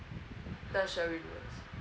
that shall